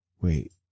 Wait